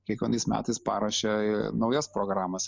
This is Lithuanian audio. kiekvienais metais paruošia naujas programas